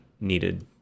needed